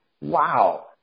wow